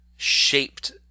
shaped